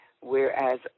whereas